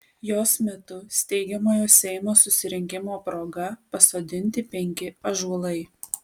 jos metu steigiamojo seimo susirinkimo proga pasodinti penki ąžuolai